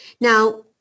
Now